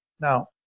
Now